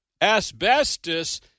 asbestos